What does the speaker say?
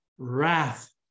wrath